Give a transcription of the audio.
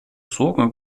sorgen